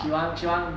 she want she want